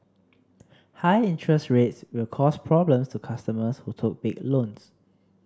high interest rates will cause problems to customers who took big loans